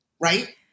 Right